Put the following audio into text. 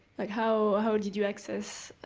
like how how did you access